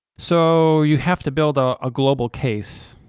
so you have to build a ah global case